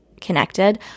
connected